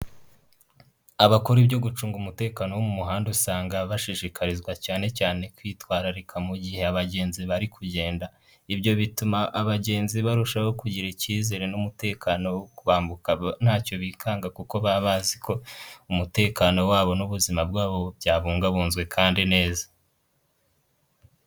Abakora ibyo gucunga umutekano wo mu muhanda usanga bashishikarizwa cyane cyane kwitwararika mu gihe abagenzi bari kugenda, ibyo bituma abagenzi barushaho kugira icyizere n'umutekano wombuka ntacyo bikanga kuko baba bazi ko umutekano wabo n'ubuzima bwabo byabungabunzwe kandi neza.